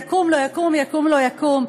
יקום, לא יקום, יקום, לא יקום,